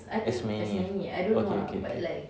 as many okay okay okay